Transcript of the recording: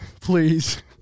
Please